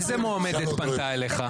איזה מועמדת פנתה אליך?